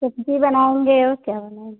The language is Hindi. सब्जी बनाऊँगी और क्या बनाऊँगी